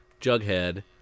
Jughead